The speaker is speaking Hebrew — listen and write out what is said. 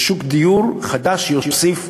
לשוק דיור חדש, שיוסיף,